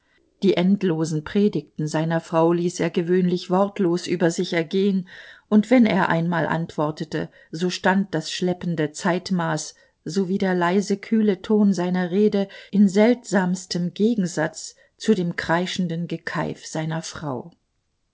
die endlosen predigten seiner frau ließ er gewöhnlich wortlos über sich ergehen und wenn er einmal antwortete so stand das schleppende zeitmaß sowie der leise kühle ton seiner rede in seltsamstem gegensatz zu dem kreischenden gekeif seiner frau